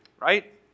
right